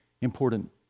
important